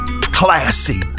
classy